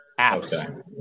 apps